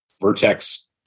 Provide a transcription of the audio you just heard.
Vertex